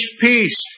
peace